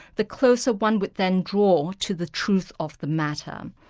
the closer one would then draw to the truth of the matter.